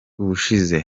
ubushize